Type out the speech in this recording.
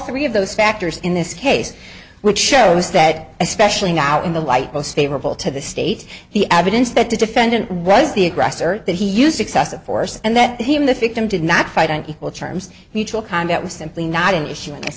three of those factors in this case which shows that especially now in the light most favorable to the state the evidence that the defendant was the aggressor that he used excessive force and that he in the fifth them did not fight on equal terms mutual combat was simply not an issue in th